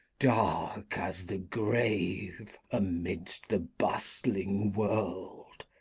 dark as the grave amidst the bustling world.